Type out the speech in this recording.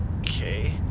Okay